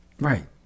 Right